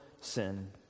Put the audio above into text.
sin